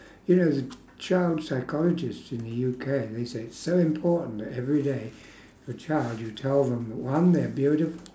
you know as a child psychologist in the U_K they say it's so important that every day a child you tell them one they're beautiful